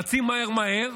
רצים מהר מהר